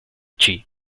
chi